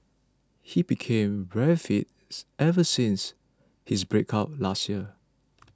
he became very fits ever since his breakup last year